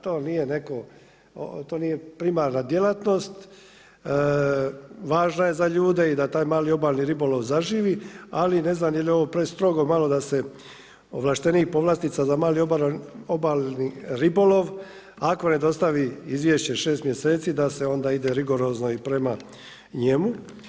To nije primarna djelatnost, važna je za ljude i da taj mali obalni ribolov zaživi, ali ne znam je li ovo prestrogo malo da se ovlaštenik povlastica za mali obalni ribolov, ako ne dostavi izvješće 6 mjeseci, da se onda ide rigorozno i prema njemu.